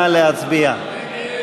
נא להצביע.